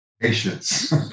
Patience